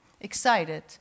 Excited